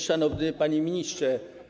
Szanowny Panie Ministrze!